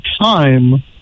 time